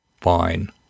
fine